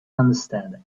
understand